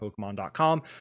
pokemon.com